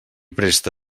presta